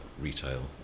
retail